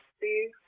see